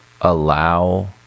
allow